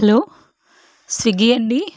hello స్విగ్గీయే అండి